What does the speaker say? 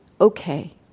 okay